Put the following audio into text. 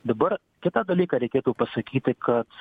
dabar kitą dalyką reikėtų pasakyti kad